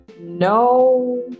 no